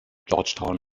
georgetown